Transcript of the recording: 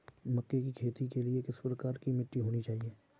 मक्के की खेती के लिए किस प्रकार की मिट्टी होनी चाहिए?